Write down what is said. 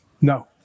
No